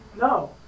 No